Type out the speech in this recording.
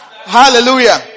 Hallelujah